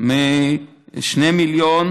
2 מיליון,